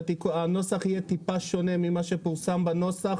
שהנוסח יהיה טיפה שונה ממה שפורסם בנוסח,